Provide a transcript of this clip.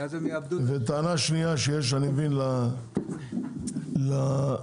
וטענה שאני מבין שיש לשמאים,